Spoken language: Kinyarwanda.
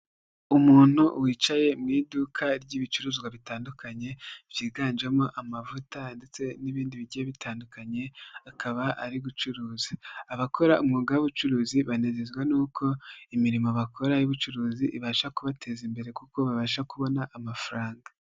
Umuntu wicaye mu iduka ry'ibicuruzwa bitandukanye byiganjemo amavuta ndetse n'ibindi bigiye bitandukanye akaba ari gucuruza, abakora umwuga w'ubucuruzi banezezwa n'uko imirimo bakora y'ubucuruzi ibasha kubateza imbere kuko babasha kubona amafaranga.